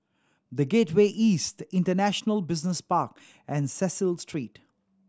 The Gateway East International Business Park and Cecil Street